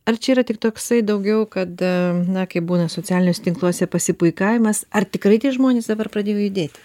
ar čia yra tik toksai daugiau kada na kaip būna socialiniuose tinkluose pasipuikavimas ar tikrai tai žmonės dabar pradėjo judėti